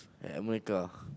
America